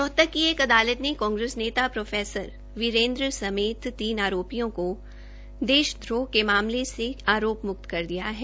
रोहतक की एक अदालत ने कांग्रेस नेता प्रो वीरेन्द्र समेत तीन आरोपियों को देशद्रोह के मामले से आरो मुक्त कर दिया है